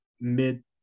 mid